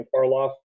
farloff